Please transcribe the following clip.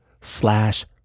slash